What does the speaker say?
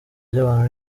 ry’abantu